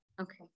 Okay